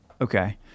Okay